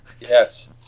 Yes